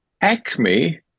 acme